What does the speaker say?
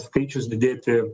skaičius didėti